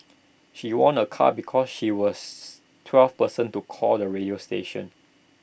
she won A car because she was twelfth person to call the radio station